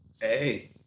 Hey